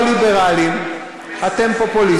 אתם לא ליברלים, אתם פופוליסטים,